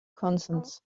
consents